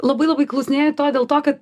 labai labai klausinėja to dėl to kad